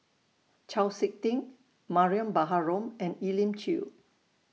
Chau Sik Ting Mariam Baharom and Elim Chew